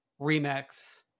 remix